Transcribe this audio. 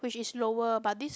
which is lower but this